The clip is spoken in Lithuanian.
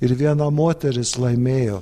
ir viena moteris laimėjo